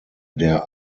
der